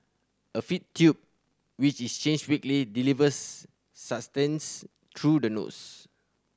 a feed tube which is changed weekly delivers sustenance through the nose